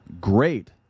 Great